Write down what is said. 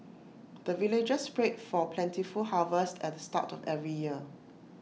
the villagers pray for plentiful harvest at the start of every year